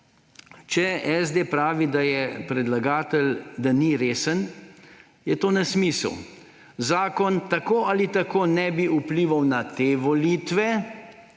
Če SD pravi, da predlagatelj ni resen, je to nesmisel. Zakon tako ali tako ne bi vplival na te volitve,